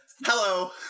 hello